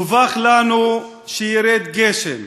דווח לנו שירד גשם,